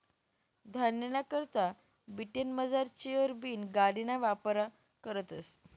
धान्यना करता ब्रिटनमझार चेसर बीन गाडिना वापर करतस